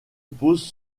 pose